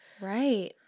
Right